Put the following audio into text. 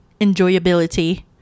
enjoyability